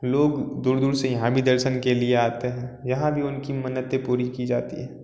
लोग दूर दूर से यहाँ भी दर्शन के लिए आते हैं यहाँ भी उनकी मन्नतें पूरी की जाती हैं